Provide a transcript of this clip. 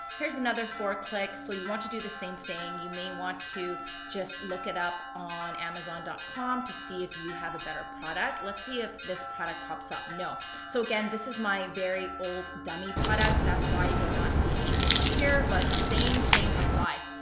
here's another four clicks. so you want to do the same thing. you may want to just look it up on amazon dot com to see if you have a better product. let's see if this product pops up. no. so again, this is my very old dummy product. that's why you are not seeing anything right here. but same this applies.